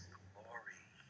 glory